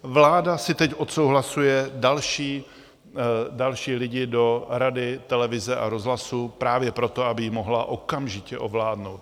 Vláda si teď odsouhlasuje další lidi do Rady televize a rozhlasu právě proto, aby ji mohla okamžitě ovládnout.